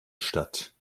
statt